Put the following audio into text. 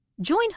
Join